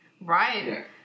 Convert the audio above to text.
right